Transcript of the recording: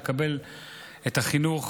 לקבל את החינוך,